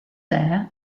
there